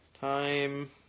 Time